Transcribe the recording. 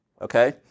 okay